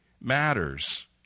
matters